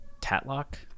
Tatlock